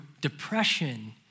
depression